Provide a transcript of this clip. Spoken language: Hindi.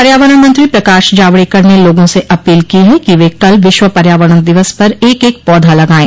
पर्यावरण मंत्री प्रकाश जावड़ेकर ने लोगों से अपील की है कि वे कल विश्व पर्यावरण दिवस पर एक एक पौधा लगायें